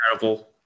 terrible